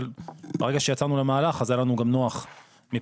אבל ברגע שיצאנו למהלך אז היה לנו גם נוח מבחינת